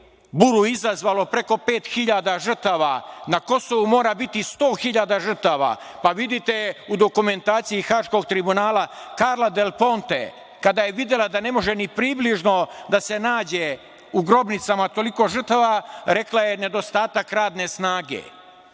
buru izazvalo preko 5.000 žrtava, na Kosovu mora biti 100.000 žrtava. Vidite, u dokumentaciji Haškog tribunala, Karla Del Ponte kada je videla da ne može ni približno da se nađe u grobnicama toliko žrtava, rekla je – nedostatak radne snage.